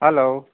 hello